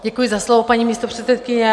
Děkuji za slovo, paní místopředsedkyně.